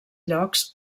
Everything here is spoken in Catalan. llocs